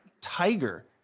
Tiger